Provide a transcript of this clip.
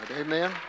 Amen